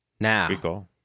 Now